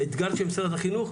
האתגר של משרד החינוך,